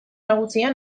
nagusia